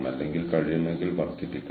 പിന്നെ എവിടെയാണ് ഒരാൾ വര വരയ്ക്കുന്നത്